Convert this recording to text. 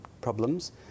problems